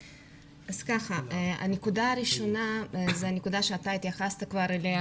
הנקודה הראשונה זו נקודה שאתה כבר התייחסת אליה